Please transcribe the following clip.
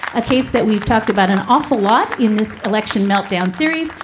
a case that we've talked about an awful lot in this election meltdown series.